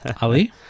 Ali